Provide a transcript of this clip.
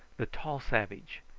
the tall savage!